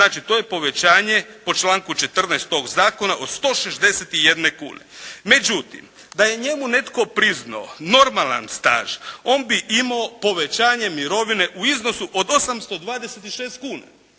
znači to je povećanje po članku 14. tog zakona od 161,00 kune. Međutim, da je njemu netko priznao normalan staž on bi imao povećanje mirovine u iznosu od 826,00 kuna.